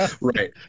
Right